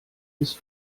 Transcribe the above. ist